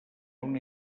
una